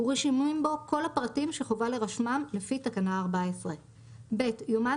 ורשומים בו כל הפרטים שחובה לרשמם לפי תקנה 14. (ב) יומן